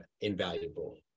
invaluable